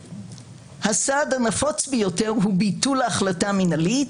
הסעד הנפוץ ביותר הוא ביטול ההחלטה המנהלית,